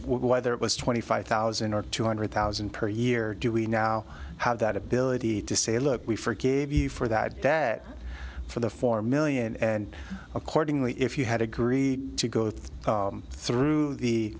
whether it was twenty five thousand or two hundred thousand per year do we now have that ability to say look we forgave you for that that for the four million and accordingly if you had agreed to go with through the